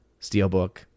steelbook